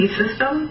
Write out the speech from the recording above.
system